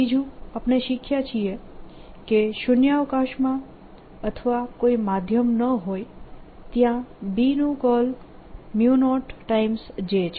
ત્રીજું આપણે શીખ્યા છીએ કે શૂન્યાવકાશમાં અથવા કોઈ માધ્યમ ન હોય ત્યાં B નું કર્લ B0 J છે આ બાયો સાવર્ટનો નિયમ છે